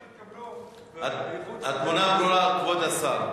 ההצעות האלה שמתקבלות, התמונה ברורה, כבוד השר.